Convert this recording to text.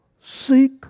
seek